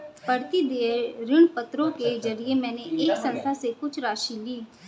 प्रतिदेय ऋणपत्रों के जरिये मैंने एक संस्था से कुछ राशि ली